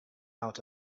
out